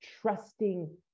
trusting